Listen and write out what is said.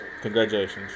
Congratulations